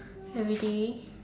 everyday